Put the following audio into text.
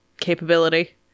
capability